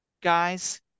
guys